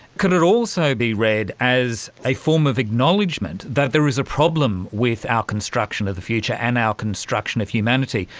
could it also be read as a form of acknowledgement that there is a problem with our construction of the future and our construction of humanity?